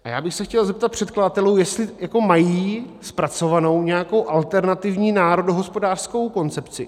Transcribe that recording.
A já bych se chtěl zeptat předkladatelů, jestli mají zpracovanou nějakou alternativní národohospodářskou koncepci.